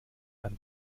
ein